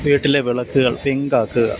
വീട്ടിലെ വിളക്കുകൾ പിങ്ക് ആക്കുകയാണ്